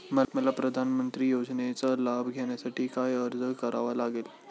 मला प्रधानमंत्री योजनेचा लाभ घेण्यासाठी काय अर्ज करावा लागेल?